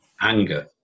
Anger